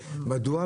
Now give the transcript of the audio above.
מדוע?